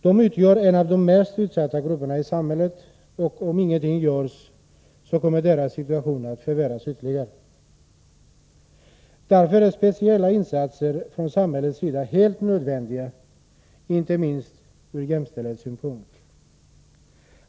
De utgör en av de mest utsatta grupperna i samhället, och om ingenting görs kommer deras situation att förvärras ytterligare. Därför är speciella insatser från samhällets sida helt nödvändiga, inte minst ur jämställdhetssynpunkt.